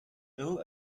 ill